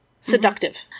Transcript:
seductive